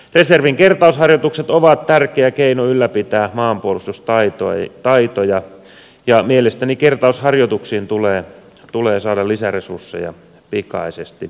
reservin kertausharjoitukset ovat tärkeä keino ylläpitää maanpuolustustaitoja ja mielestäni kertausharjoituksiin tulee saada lisäresursseja pikaisesti